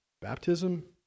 baptism